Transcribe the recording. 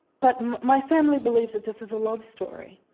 but my family believes that this is a love story.